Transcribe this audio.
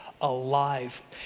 alive